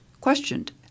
questioned